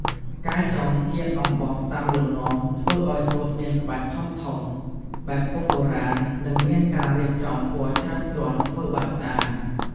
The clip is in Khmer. ការចងគាតអំបោះតាមលំនាំ ធ្វើឲ្យសូត្រមានក្បាច់ធំៗ បែបពុម្ពបុរាណ និងមានការរៀបចំពណ៌ច្រើនជាន់ធ្វើបានស្អាត។